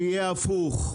שיהיה הפוך.